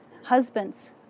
Husbands